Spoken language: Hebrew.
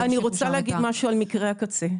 אני רוצה להגיד משהו על מקרה הקצה.